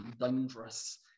dangerous